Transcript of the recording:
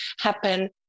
happen